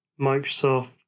Microsoft